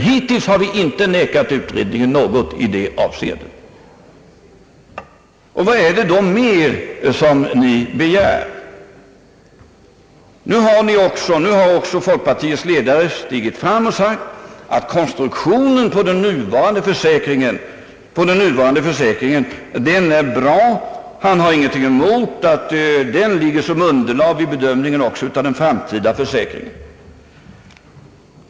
Hittills har vi inte nekat utredningen något i detta avseende. Vad är det då mer som ni begär? Nu har också folkpartiets ledare stigit fram och sagt, att konstruktionen av den nuvarande försäkringen är bra och att han inte har någonting emot att den tjänar som underlag vid bedömningen också av den framtida försäkringen.